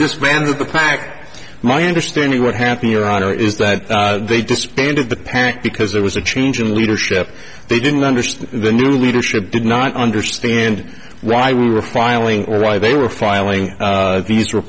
this man the pact my understanding what happened your honor is that they disbanded the parent because there was a change in leadership they didn't understand the new leadership did not understand why we were filing or why they were filing these re